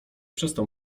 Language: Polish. przestał